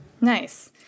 Nice